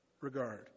regard